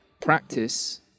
practice